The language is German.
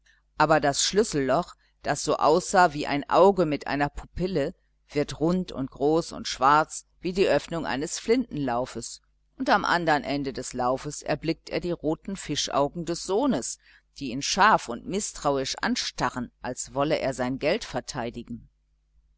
aber das schlüsselloch das so aussah wie ein auge mit einer pupille wird rund und groß und schwarz wie die öffnung eines flintenlaufes und am anderen ende des laufes erblickt er die roten fischaugen des sohnes die ihn scharf und mißtrauisch anstarren als wolle er sein geld verteidigen